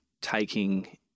taking